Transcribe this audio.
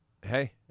Hey